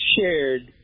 shared